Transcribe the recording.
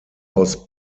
aus